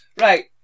Right